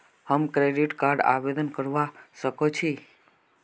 हम credit card आवेदन करवा संकोची?